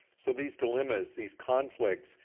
so these dilemmas, these conflicts,